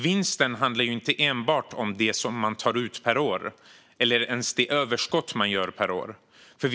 Vinst handlar inte enbart om det man tar ut per år eller ens det överskott man gör per år.